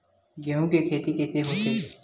गेहूं के खेती कइसे होथे?